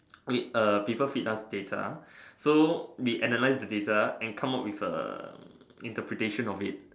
we err people feed us data so we analyse the data and come up with a interpretation of it